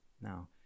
Now